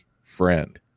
friend